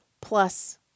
plus